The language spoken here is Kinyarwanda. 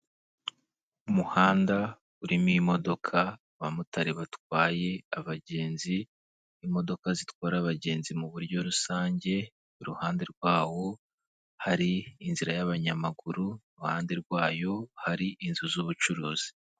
Umuhanda urimo imodoka, bamotari batwaye abagenzi, imodoka zitwara abagenzi mu buryo rusange, iruhande rwawo hari inzira y'abanyamaguru, iruhande rwayo hari inzu z'ubucuruzi.